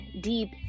deep